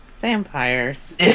vampires